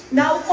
now